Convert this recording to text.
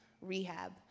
rehab